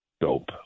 dope